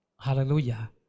Hallelujah